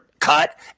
cut